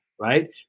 right